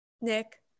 Nick